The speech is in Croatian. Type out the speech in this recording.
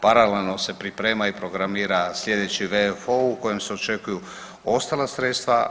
Paralelno se pripremaju i programira sljedeći … u kojem se očekuju ostala sredstva.